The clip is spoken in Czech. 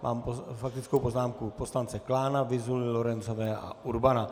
Mám faktickou poznámku poslance Klána, Vyzuly, Lorencové a Urbana.